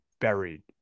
buried